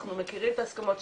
אנחנו מכירים את ההסכמות.